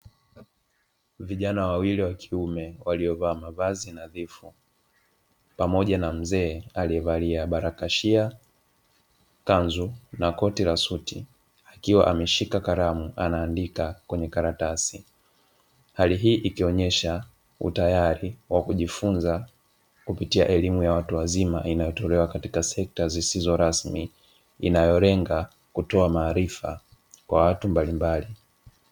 Vijana wawili wa kiume waliovaa mavazi nadhifu pamoja na mzee aliyevalia barakashie, kanzu na Koti la suti akiwa ameshika kalamu anaandika kwenye karatasi. Hali hii ikionesha utayari wa kujifunza kupitia elimu ya watu wazima inayotolewa katika sekta zisizorasmi inayolenga kutoa maarifa kwa watu mbalimbali.